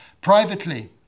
privately